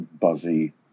buzzy